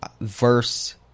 verse